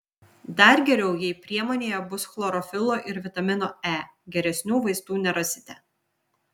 dar geriau jei priemonėje bus chlorofilo ir vitamino e geresnių vaistų nerasite